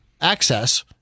access